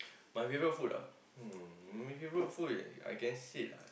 my favourite food ah um my favourite food I can said ah